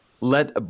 let